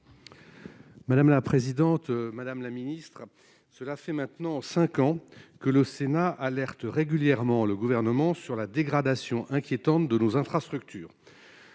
Madame la présidente, madame la Ministre, cela fait maintenant 5 ans que le Sénat alerte régulièrement le gouvernement sur la dégradation inquiétante de nos infrastructures,